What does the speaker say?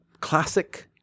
classic